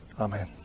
Amen